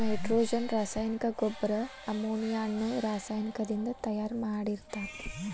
nitrogen ರಾಸಾಯನಿಕ ಗೊಬ್ಬರ ammonia ಅನ್ನೋ ರಾಸಾಯನಿಕದಿಂದ ತಯಾರ್ ಮಾಡಿರ್ತಾರ